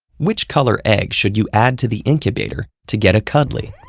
which color egg should you add to the incubator to get a cuddly?